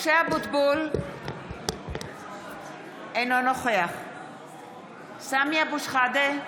משה אבוטבול, אינו נוכח סמי אבו שחאדה,